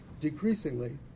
decreasingly